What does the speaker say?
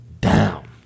down